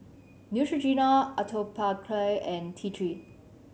Neutrogena Atopiclair and T Three